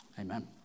Amen